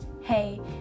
hey